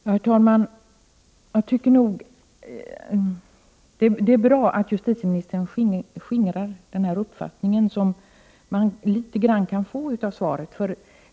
| Herr talman! Jag tycker det är bra att justitieministern skingrar den | uppfattning som man kunde få av interpellationssvaret.